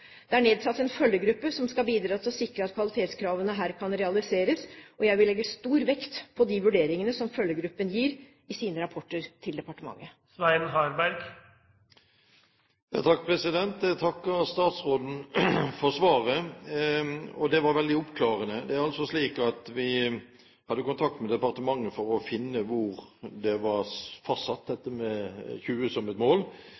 Det er nedsatt en følgegruppe som skal bidra til å sikre at kvalitetskravene her kan realiseres, og jeg vil legge stor vekt på de vurderingene som Følgegruppen gir i sine rapporter til departementet. Jeg takker statsråden for svaret. Det var veldig oppklarende. Vi har hatt kontakt med departementet for å finne ut hvor 20 var fastsatt som et mål.